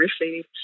receive